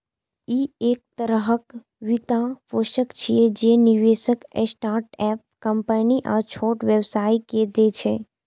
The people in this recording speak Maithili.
ई एक तरहक वित्तपोषण छियै, जे निवेशक स्टार्टअप कंपनी आ छोट व्यवसायी कें दै छै